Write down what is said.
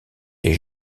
est